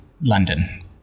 London